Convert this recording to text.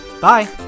Bye